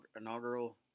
inaugural